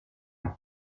vie